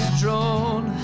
drawn